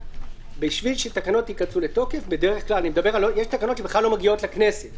בשביל שתקנות ייכנסו לתוקף בדרך כלל יש תקנות שבכלל לא מגיעות לכנסת,